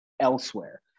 elsewhere